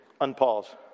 Unpause